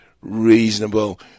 reasonable